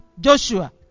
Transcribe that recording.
Joshua